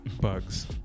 bugs